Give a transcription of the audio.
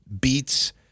Beats